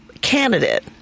candidate